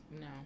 No